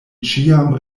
ĉiam